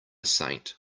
saint